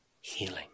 healing